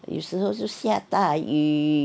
有时候是下大雨